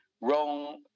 wrong